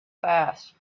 fast